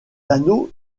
anneaux